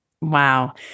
Wow